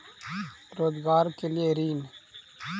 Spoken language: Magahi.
रोजगार के लिए ऋण?